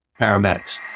paramedics